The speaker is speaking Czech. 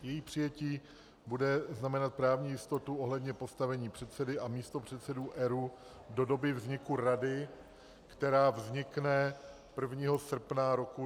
Její přijetí bude znamenat právní jistotu ohledně postavení předsedy a místopředsedů ERÚ do doby vzniku rady, která vznikne 1. srpna roku 2017.